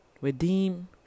redeem